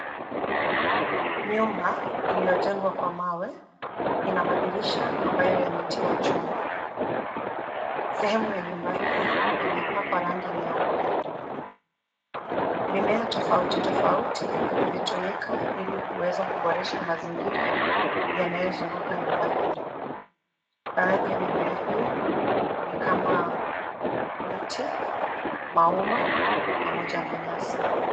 Nyumba, iliyojengwa kwa mawe, ina madirisha ambayo yametiwa chuma. Sehemu ya nyumba hii imepakwa rangi nyeupe. Mimea tofauti tofauti imetumika ili kuweza kuboresha mazingira yanyayozunguka nyumba hii. Baadhi ya mimea hiyo ni kama miti, maua pamoja na nyasi.